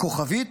כוכבית,